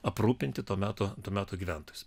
aprūpinti to meto to meto gyventojus